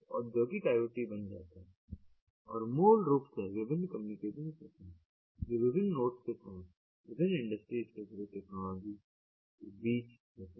तो यह औद्योगिक IoT बन जाता है और मूल रूप से विभिन्न कम्युनिकेशंस होते हैं जो विभिन्न नोड्स के साथ साथ विभिन्न इंडस्ट्री स्पेसिफिक टेक्नोलॉजी के बीच होते हैं